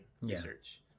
research